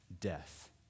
Death